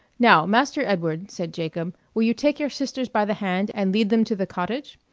now, master edward, said jacob, will you take your sisters by the hand and lead them to the cottage?